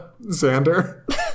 Xander